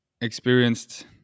experienced